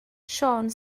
siôn